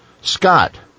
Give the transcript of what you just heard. Scott